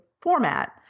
format